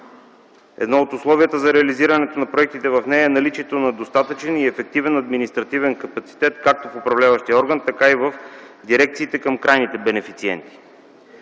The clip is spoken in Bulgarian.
Едно от условията за реализирането на проектите в нея е наличието на достатъчен и ефективен административен капацитет както в управляващия орган, така и в дирекциите към крайните бенефициенти.